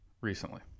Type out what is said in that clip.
recently